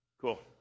Cool